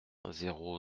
zéro